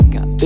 Got